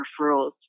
referrals